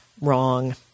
Wrong